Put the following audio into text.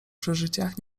przeżyciach